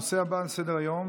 הנושא הבא על סדר-היום,